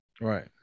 Right